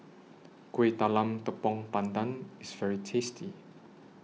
Kuih Talam Tepong Pandan IS very tasty